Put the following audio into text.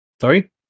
Sorry